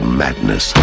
madness